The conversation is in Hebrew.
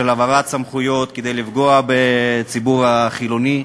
העברת סמכויות כדי לפגוע בציבור החילוני.